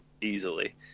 easily